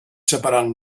separant